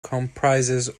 comprises